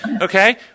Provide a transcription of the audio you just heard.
okay